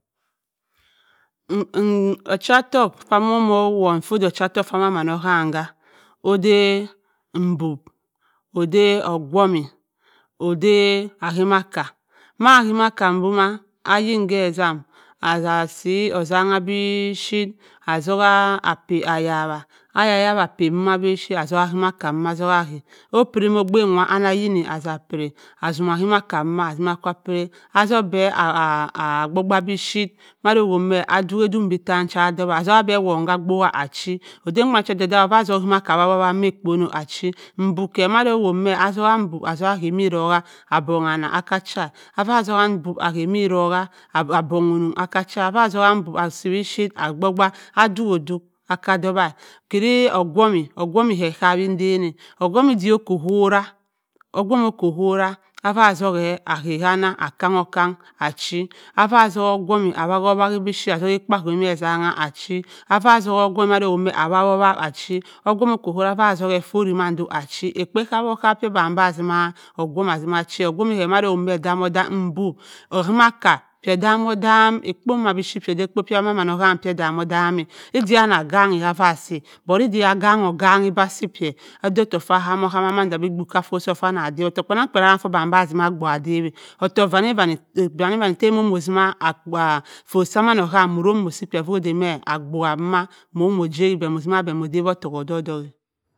ocha-ọttọku ua ma-ommo owonh fo da ocha-ọttọku fa maman obuam ka oda mbom oda ogwummi oda ayam-maka ma ayim-maka doma ayin ke ezem a. sa si ezengh bipuyite azukha apa ayawaa aya-ya-apa domna bipugite asimmi ayo-maka mama zuke aya opiri ogbh wa anna ayini. asa piri-a azummi ayomaka agimmi aka piri atzok be aa baak-baak bipyirtt mado owowa me a-dok be tann cha dowa atzoka be awona ka abokwa achi mbom kẹ mada owok me atzoka mbom abha ke erobuwa abiyi anna akka acha-a afa zuka mbom asi biphyitt a bok-baak adok-odok akka dowa-a kari oguwmmi oguwmmi ẹ okalii edan-a oguwmmi dip oko owora oguwmmi awabli bipyuitt ekpo aha me esanna achi afa ozuk oguwmmi mada owowa mẹ achi oguwmmi oko afa zuke a vori man do achi ekpo kap-ekap ke oban ba zimma oguwmmi asima achi oguwmmi kẹ mado owohe-me, odam-odam mbom, ayi-makka pẹe edani-odom ekpo bhi bipuyir oda ekpo cha no hammi ohama ede a ganyi kata si but bẹ ogan-ogan-e be asi pee oda ottoku ua uam-ohammi bẹ bok ka fott sa man oham aramo si pee vo oda me abgubha ma momo chayi bẹ mosima mo dawi otoku odok-odok-a